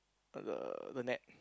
uh the the net